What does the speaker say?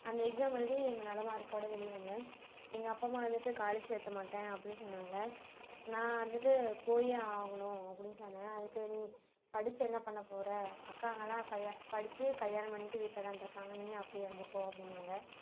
அந்த எக்ஸாம் எழுதி நல்ல மார்க்கோடய வெளியே வந்தேன் எங்கள் அப்பா அம்மா வந்துட்டு காலேஜ் சேர்த்த மாட்டேன் அப்படின்னு சொன்னாங்கள் நான் வந்துட்டு போயே ஆகணும் அப்படின்னு சொன்னேன் அதுக்கு நீ படித்து என்ன பண்ண போகிற அக்காங்கள்லாம் கல்யா படித்து கல்யாணம் பண்ணிட்டு வீட்டில தானிருக்காங்க நீயும் அப்படியே இருந்துக்கோ அப்படின்னாங்க